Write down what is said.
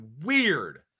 weird